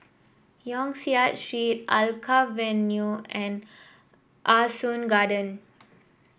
Yong Siak Street Alkaff Avenue and Ah Soo Garden